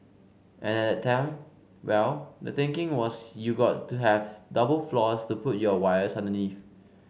and at time well the thinking was you got to have double floors to put your wires underneath